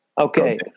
okay